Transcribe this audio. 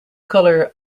color